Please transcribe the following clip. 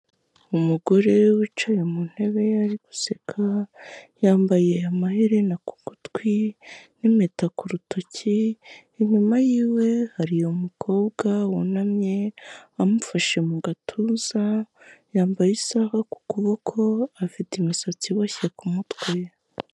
Umugore wicaye mu ntebe ari guseka yambaye amaherena ku gutwi n'impeta ku rutoki, inyuma yiwe hari umukobwa wunamye amufashe mu gatuza yambaye isaha ku kuboko afite imisatsi iboshye ku mutwe.